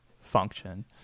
function